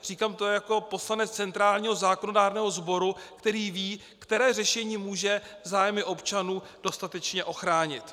Říkám to jako poslanec centrálního zákonodárného sboru, který ví, které řešení může zájmy občanů dostatečně ochránit.